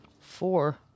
four